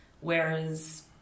whereas